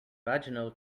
vaginal